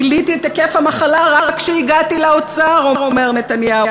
גיליתי את היקף המחלה רק כשהגעתי לאוצר" אומר נתניהו,